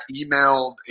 emailed